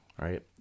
right